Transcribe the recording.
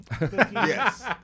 Yes